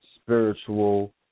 spiritual